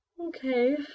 Okay